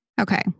Okay